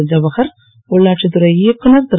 ஐவகர் உள்ளாட்சித்துறை இயக்குநர் திரு